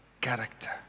character